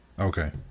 Okay